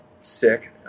sick